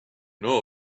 know